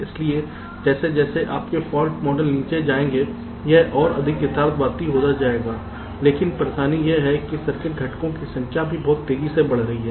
इसलिए जैसे जैसे आपके फॉल्ट मॉडल नीचे जाएंगे यह और अधिक यथार्थवादी होता जाएगा लेकिन परेशानी यह है कि सर्किट घटकों की संख्या भी बहुत तेजी से बढ़ रही है